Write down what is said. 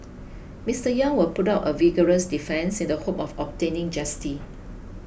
Mister Yang will put up a vigorous defence in the hope of obtaining justice